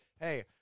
hey